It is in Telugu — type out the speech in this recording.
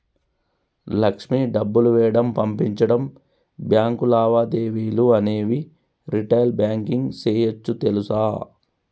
లక్ష్మి డబ్బులు వేయడం, పంపించడం, బాంకు లావాదేవీలు అనేవి రిటైల్ బాంకింగ్ సేయోచ్చు తెలుసా